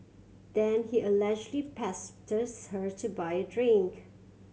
then he allegedly pestered her to buy a drink